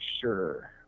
sure